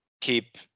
keep